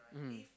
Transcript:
mmhmm